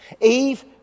Eve